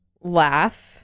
laugh